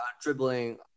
dribbling